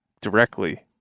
directly